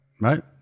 right